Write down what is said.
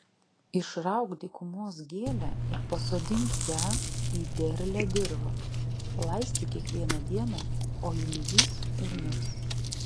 išrauk dykumos gėlę ir pasodink ją į derlią dirvą laistyk kiekvieną dieną o ji nuvys ir mirs